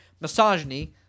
misogyny